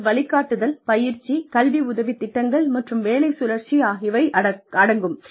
இதில் வழிகாட்டுதல் பயிற்சி கல்வி உதவித் திட்டங்கள் மற்றும் வேலை சுழற்சி ஆகியவை அடங்கும்